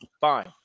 Fine